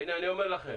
הנה, אני אומר לכם